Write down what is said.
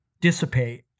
dissipate